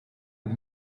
het